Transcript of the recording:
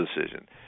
decision